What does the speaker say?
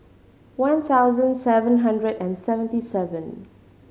one thousand seven hundred and seventy seven